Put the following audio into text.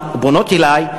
שפונות אלי,